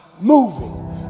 moving